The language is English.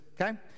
okay